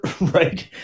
Right